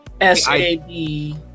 S-A-B